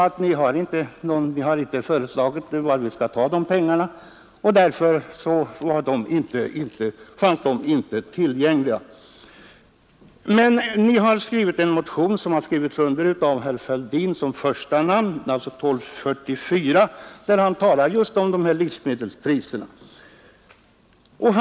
Men ni har inte visat varifrån vi skall ta pengarna, och de finns inte tillgängliga. I motionen 1244, som bl.a. herr Fälldin undertecknat, talar ni om just livsmedelspriserna.